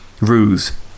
ruse